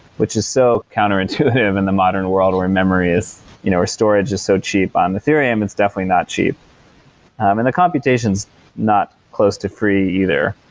which is so counter-intuitive in the modern world where memory is you know ah storage is so cheap. on ethereum, it's definitely not cheap and the computation is not close to free either.